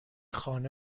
خانه